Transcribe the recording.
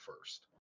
first